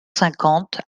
cinquante